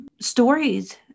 stories